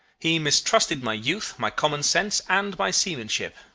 he mistrusted my youth, my common-sense, and my seamanship,